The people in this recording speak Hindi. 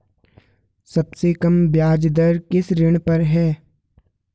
सबसे कम ब्याज दर किस ऋण पर है?